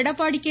Edappadi K